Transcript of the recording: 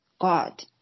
God